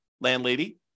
landlady